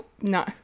no